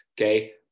Okay